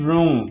Room